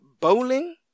bowling